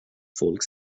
folk